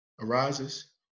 arises